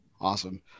Awesome